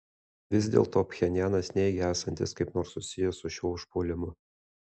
vis dėlto pchenjanas neigia esantis kaip nors susijęs su šiuo užpuolimu